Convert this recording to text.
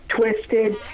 twisted